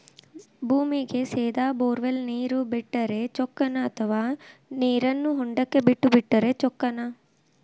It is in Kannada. ಭೂಮಿಗೆ ಸೇದಾ ಬೊರ್ವೆಲ್ ನೇರು ಬಿಟ್ಟರೆ ಚೊಕ್ಕನ ಅಥವಾ ನೇರನ್ನು ಹೊಂಡಕ್ಕೆ ಬಿಟ್ಟು ಬಿಟ್ಟರೆ ಚೊಕ್ಕನ?